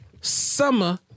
Summer